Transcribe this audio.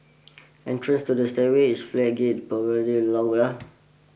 entrances to the stairway is flat gated